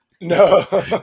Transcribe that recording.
No